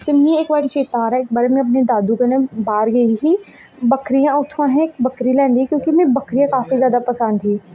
ते मिगी इक बारी चेत्ता आ दा इक बारी में अपने दादू कन्नै बाह्र गेई ही बक्करी दा उत्थूं दा असें इक बक्करी लेआंदी ही क्योंकि मीं बक्करी काफी जादा पसंद ही